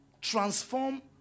transform